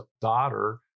daughter